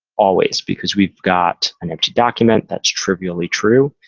always, because we've got an extra document that's trivially true.